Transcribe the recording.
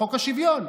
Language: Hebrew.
חוק השוויון.